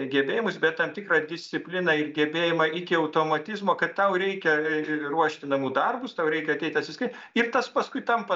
gebėjimus bet tam tikrą discipliną ir gebėjimą iki automatizmo kad tau reikia e ruošti namų darbus tau reikia ateit atsiskai ir tas paskui tampa